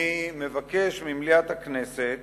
אני מבקש ממליאת הכנסת